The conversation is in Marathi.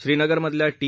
श्रीनगर मधल्या टी